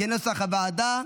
כנוסח הוועדה,